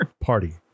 party